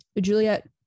Juliet